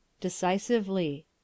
Decisively